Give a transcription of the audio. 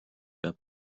peab